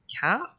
cat